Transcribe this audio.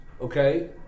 Okay